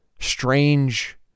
strange